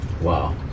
Wow